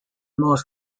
most